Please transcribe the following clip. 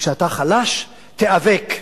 כשאתה חלש תיאבק,